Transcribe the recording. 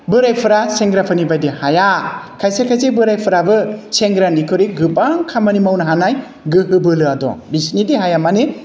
बोरायफोरा सेंग्राफोरनि बायदि हाया खायसे खायसे बोरायफोराबो सेंग्रानिख्रुइ गोबां खामानि मावनो हानाय गोहो बोलोआ दं बिसोरनि देहाया माने